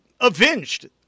avenged